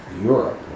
Europe